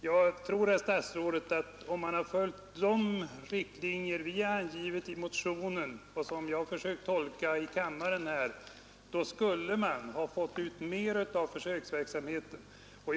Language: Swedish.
Jag tror, herr statsråd, att om man hade följt de riktlinjer som vi har angivit i motionen och som jag har försökt tolka i kammaren skulle man ha fått ut mera av försöksverksamheten.